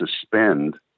suspend